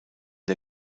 der